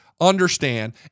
understand